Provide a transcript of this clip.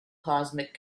cosmic